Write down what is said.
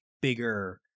bigger